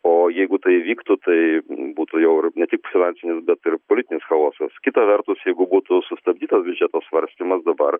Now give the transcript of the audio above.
o jeigu tai įvyktų tai būtų jau ir ne tik finansinis bet ir politinis chaosas kita vertus jeigu būtų sustabdytas biudžeto svarstymas dabar